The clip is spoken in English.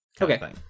Okay